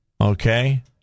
okay